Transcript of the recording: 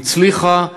הצליחה,